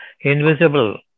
invisible